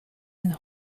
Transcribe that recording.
and